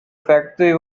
factory